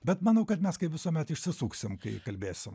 bet manau kad mes kaip visuomet išsisuksim kai kalbėsim